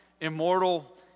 immortal